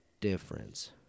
difference